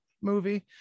movie